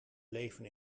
leven